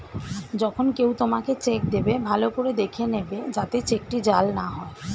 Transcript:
যখন কেউ তোমাকে চেক দেবে, ভালো করে দেখে নেবে যাতে চেকটি জাল না হয়